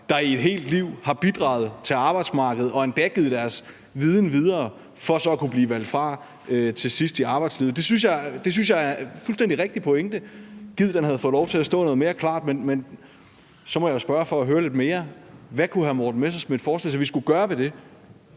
der igennem et helt liv har bidraget til arbejdsmarkedet og endda givet deres viden videre for så at blive valgt fra til sidst i arbejdslivet. Det synes jeg er en fuldstændig rigtig pointe. Gid, den havde fået lov til at stå noget mere klart. Men så må jeg jo spørge for at høre lidt mere: Hvad kan hr. Morten Messerschmidt forestille sig vi skal gøre ved det?